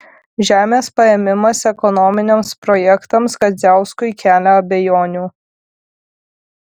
žemės paėmimas ekonominiams projektams kadziauskui kelia abejonių